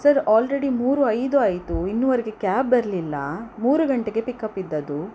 sir already ಮೂರು ಐದು ಆಯಿತು ಇನ್ನೂವರೆಗೆ ಕ್ಯಾಬ್ ಬರಲಿಲ್ಲ ಮೂರು ಗಂಟೆಗೆ ಪಿಕಪ್ ಇದ್ದದ್ದು